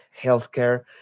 healthcare